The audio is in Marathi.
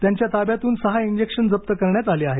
त्यांच्या ताब्यातून सहा इंजेक्शन जप्त करण्यात आले आहेत